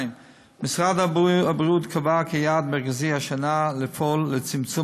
2. משרד הבריאות קבע כיעד מרכזי השנה לפעול לצמצום